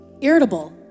irritable